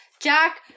Jack